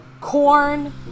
corn